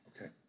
Okay